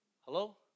Hello